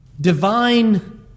divine